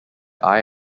eye